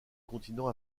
continent